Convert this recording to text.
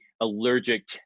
allergic